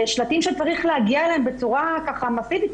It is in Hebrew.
שלטים שצריך להגיע אליהם בצורה מסיבית,